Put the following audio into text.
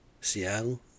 Seattle